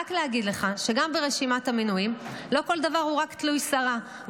רק להגיד לך שגם ברשימת המינויים לא כל דבר הוא רק תלוי שרה.